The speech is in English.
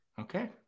Okay